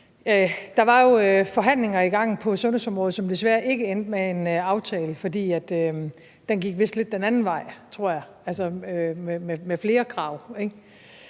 Der var jo forhandlinger i gang på sundhedsområdet, som desværre ikke endte med en aftale, fordi den vist gik lidt den anden vej, tror